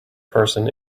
person